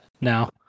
now